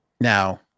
Now